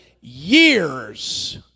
years